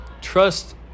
Trust